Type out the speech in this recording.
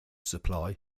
supply